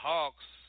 Hawks